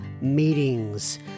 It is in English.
meetings